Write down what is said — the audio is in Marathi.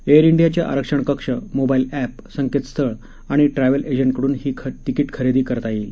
एअर डियाचे आरक्षण कक्ष मोबाईल अप्टसंकेतस्थळ आणि ट्रक्स एजंटकडून ही तिकिट खरेदी करता येतील